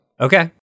Okay